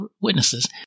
witnesses